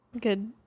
Good